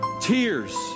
tears